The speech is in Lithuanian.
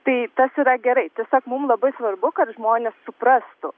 tai tas yra gerai tiesiog mums labai svarbu kad žmonės suprastų